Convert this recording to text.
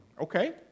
okay